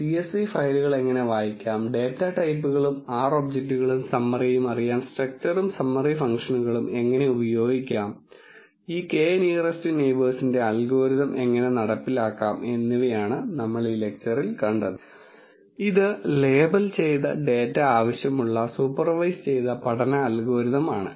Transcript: csv ഫയലുകൾ എങ്ങനെ വായിക്കാം ഡാറ്റ ടൈപ്പുകളും R ഒബ്ജക്റ്റുകളുടെ സമ്മറിയും അറിയാൻ സ്ട്രക്ച്ചറും സമ്മറി ഫംഗ്ഷനുകളും എങ്ങനെ ഉപയോഗിക്കാം ഈ K നിയറെസ്റ് നെയിബേഴ്സിന്റെ അൽഗോരിതം എങ്ങനെ നടപ്പിലാക്കാം എന്നിവയാണ് നമ്മൾ ഈ ലെക്ച്ചറിൽ കണ്ടത് ഇത് ലേബൽ ചെയ്ത ഡാറ്റ ആവശ്യമുള്ള സൂപ്പർവൈസ് ചെയ്ത പഠന അൽഗോരിതം ആണ്